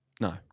No